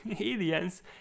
aliens